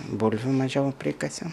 bulvių mažiau prikasėm